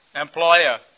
employer